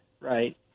right